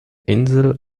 insel